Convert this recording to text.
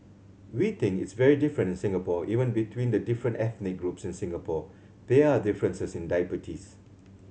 we think it's very different in Singapore even between the different ethnic groups in Singapore there are differences in diabetes